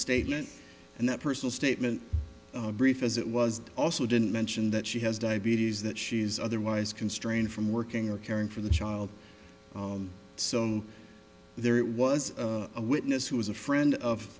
statement and that personal statement brief as it was also didn't mention that she has diabetes that she's otherwise constrained from working or caring for the child so there it was a witness who was a friend of